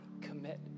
commit